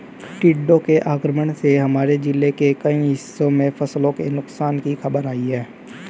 टिड्डों के आक्रमण से हमारे जिले के कई हिस्सों में फसलों के नुकसान की खबर आई है